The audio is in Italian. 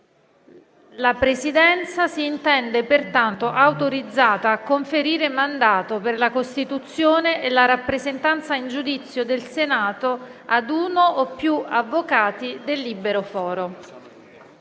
La Presidenza si intende pertanto autorizzata a conferire mandato, per la costituzione e la rappresentanza in giudizio del Senato, ad uno o più avvocati del libero foro.